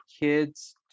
kids